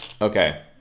Okay